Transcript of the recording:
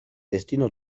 destino